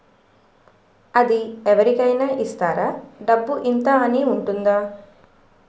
అది అవరి కేనా ఇస్తారా? డబ్బు ఇంత అని ఉంటుందా?